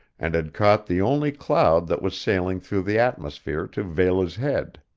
and had caught the only cloud that was sailing through the atmosphere to veil his head.